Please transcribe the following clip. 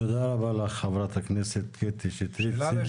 תודה רבה לך חברת הכנסת קטי שטרית.